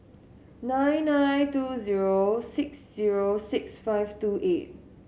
nine nine two zero six zero six five two eight